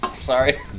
Sorry